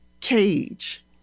cage